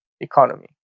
economy